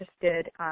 interested –